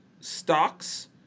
stocks